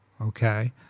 okay